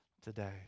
today